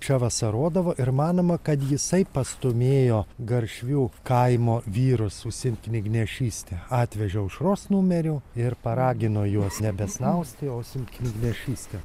čia vasarodavo ir manoma kad jisai pastūmėjo garšvių kaimo vyrus užsiimti knygnešyste atvežė aušros numerių ir paragino juos nebesnausti o su knygnešyste